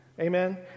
Amen